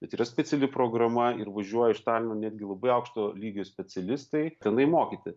bet yra speciali programa ir važiuoja iš talino netgi labai aukšto lygio specialistai tenai mokyti